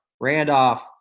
Randolph